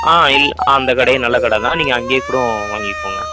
ஆ இல் அந்த கடையே நல்ல கடை தான் நீங்கள் அங்கேயே கூடம் வாங்கிக்கோங்க